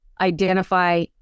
identify